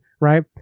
right